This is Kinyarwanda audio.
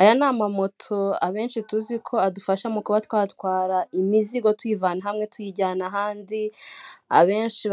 Iyi ni inyubako yubatswe neza mu uburyo bugezweho ahashyirwamo ibyumba byinshi